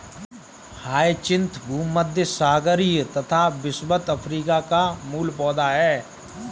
hyacinth भूमध्यसागरीय तथा विषुवत अफ्रीका का मूल पौधा है